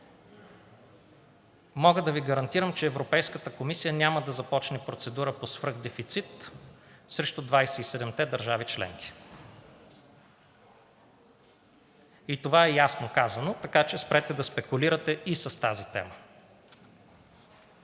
Мога да Ви гарантирам, че Европейската комисия няма да започне процедура по свръхдефицит срещу 27-те държави членки. И това е ясно казано, така че спрете да спекулирате и с тази тема!